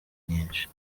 nyinshi